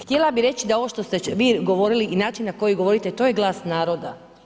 Htjela bih reći da ovo što ste vi govorili i način na koji govorite, to je glas naroda.